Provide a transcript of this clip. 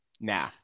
nah